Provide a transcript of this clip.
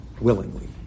willingly